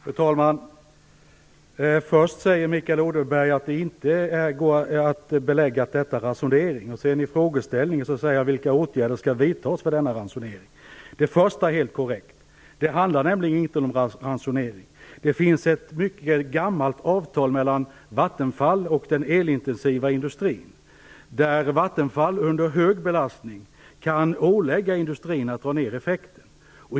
Fru talman! Först säger Mikael Odenberg att det inte går att belägga att det är fråga om ransonering. Det första är helt korrekt. Det handlar nämligen inte om ransonering. Det finns ett mycket gammal avtal mellan Vattenfall och den elintensiva industrin, enligt vilket Vattenfall under hög belastning kan ålägga industrin att dra ned effekten.